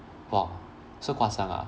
!wah! so 夸张啊